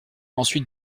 ensuite